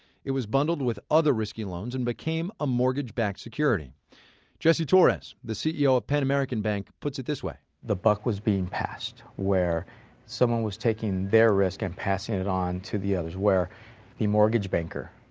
it was bundled with other risky loans and became a mortgage-backed security jesse torres, the ceo of pan american bank, puts it this way the buck was being passed, where someone was taking their risk and passing it on to the others. where the mortgage banker,